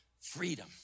freedom